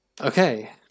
Okay